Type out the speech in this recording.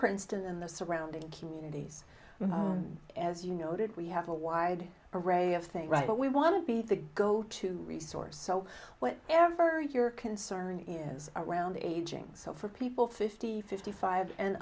princeton and the surrounding communities as you noted we have a wide array of things right but we want to be the go to resource so what ever your concern is around aging so for people fifty fifty five and